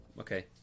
Okay